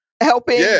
helping